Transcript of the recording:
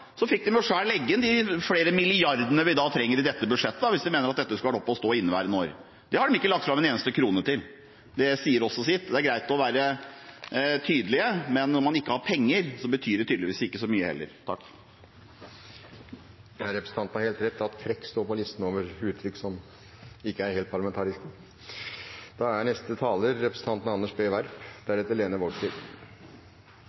fikk de nå selv legge inn de flere milliardene vi da trenger i dette budsjettet, hvis de mener at dette skulle vært oppe og stå inneværende år. Det har de ikke lagt fram en eneste krone til. Det sier også sitt. Det er greit å være tydelige, men når man ikke har penger, betyr det tydeligvis ikke så mye heller. Representanten har helt rett i at «frekk» står på listen over uttrykk som ikke er helt